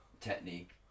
technique